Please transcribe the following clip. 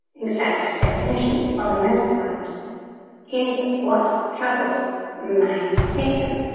exact definitions for the most part is what troubled my patron.